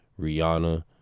Rihanna